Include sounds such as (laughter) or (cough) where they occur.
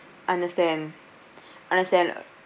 understand (breath) understand